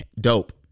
dope